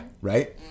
right